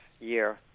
year